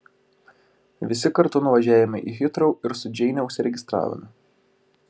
visi kartu nuvažiavome į hitrou ir su džeine užsiregistravome